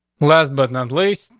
last but not least,